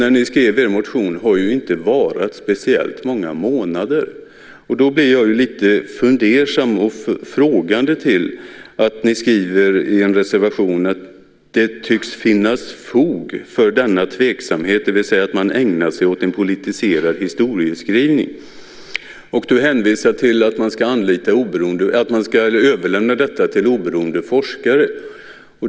När ni skriver er motion har verksamheten inte varat speciellt många månader. Då blir jag lite fundersam och ställer mig frågande till att ni i er reservation skriver att det tycks "finnas fog för denna tveksamhet", det vill säga att man ägnar sig åt en politiserad historieskrivning. Du hänvisar till att man ska överlämna detta till oberoende forskare.